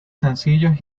sencillos